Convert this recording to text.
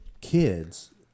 kids